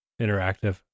Interactive